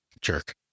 Jerk